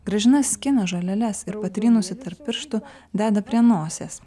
gražina skina žoleles ir patrynusi tarp pirštų deda prie nosies